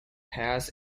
pass